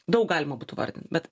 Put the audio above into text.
daug galima būtų vardint bet